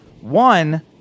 one